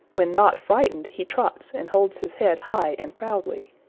when not frightened he trots and holds his head high and proudly.